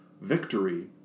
victory